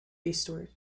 eastward